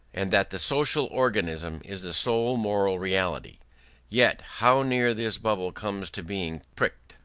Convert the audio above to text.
and that the social organism is the sole moral reality yet how near this bubble comes to being pricked!